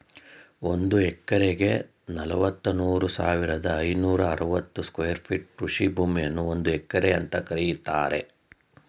ಒಂದ್ ಎಕರೆಗೆ ನಲವತ್ಮೂರು ಸಾವಿರದ ಐನೂರ ಅರವತ್ತು ಸ್ಕ್ವೇರ್ ಫೀಟ್ ಕೃಷಿ ಭೂಮಿಯನ್ನು ಒಂದು ಎಕರೆ ಅಂತ ಕರೀತಾರೆ